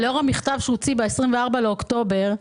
ולאור המכתב שהוא הוציא ב-24 באוקטובר,